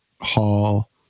hall